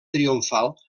triomfal